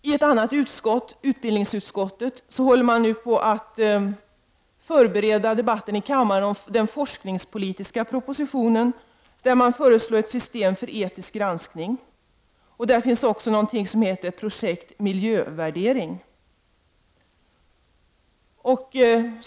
I utbildningsutskottet håller man nu på att förbereda debatten i kammaren om den forskningspolitiska propositionen, där ett system för etisk granskning föreslås. Där finns också någonting som heter Projekt miljövärdering.